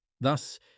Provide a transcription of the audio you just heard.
Thus